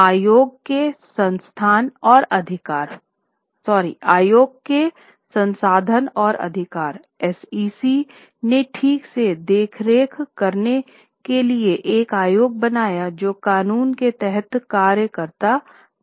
आयोग के संसाधन और अधिकार SEC ने ठीक से देखरेख करने के लिए एक आयोग बनाया जो कानून के तहत कार्य करता था